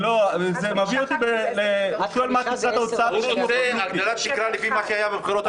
הוא רוצה הגדלת תקרה לפי מה שהיה בבחירות הקודמות.